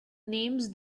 names